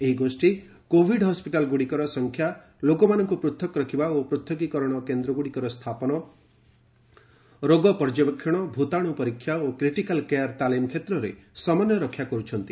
ଏହି ଗୋଷୀ କୋଭିଡ୍ ହସ୍କିଟାଲ୍ଗୁଡ଼ିକର ସଂଖ୍ୟା ଲୋକମାନଙ୍କୁ ପୃଥକ ରଖିବା ଓ ପୂଥକୀକରଣ କେନ୍ଦ୍ରଗୁଡ଼ିକର ସ୍ଥାପନ ରୋଗ ପର୍ଯ୍ୟବେକ୍ଷଣ ଭୂତାଶୁ ପରୀକ୍ଷା ଓ କ୍ରିଟିକାଲ୍ କେୟାର୍ ତାଲିମ କ୍ଷେତ୍ରରେ ସମନ୍ୱୟ ରକ୍ଷା କର୍ତ୍ଥନ୍ତି